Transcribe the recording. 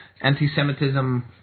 anti-Semitism